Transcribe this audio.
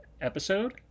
episode